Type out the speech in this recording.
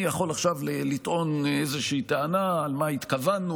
אני יכול עכשיו לטעון איזושהי טענה על מה התכוונו